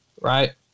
right